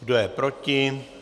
Kdo je proti?